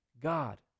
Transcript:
God